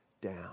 down